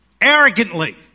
Arrogantly